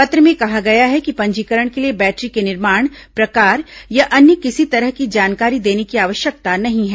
पत्र में कहा गया है कि पंजीकरण के लिए बैटरी के निर्माण प्रकार या अन्य किसी तरह की जानकारी देने की आवश्यकता नहीं है